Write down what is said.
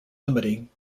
limiting